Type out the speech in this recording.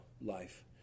life